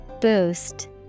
Boost